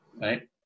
Right